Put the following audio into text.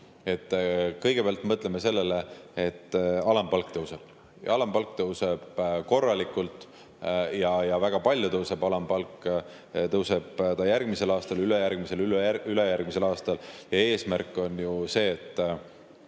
Kõigepealt, mõtleme sellele, et alampalk tõuseb. Alampalk tõuseb korralikult, väga palju tõuseb. Alampalk tõuseb järgmisel aastal, ülejärgmisel ja üleülejärgmisel aastal. Eesmärk on ju see, et